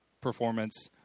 performance